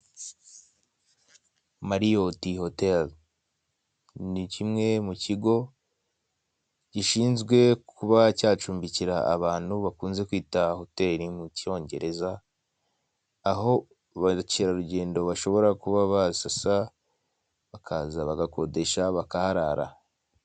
Marioti hoteli ni kimwe mu kigo gishinzwe kuba cyacumbikira abantu bakunze kwita hoteli mu cyongereza aho abakerarugendo bashobora kuba basa bakaza bagakodesha bakaraharara.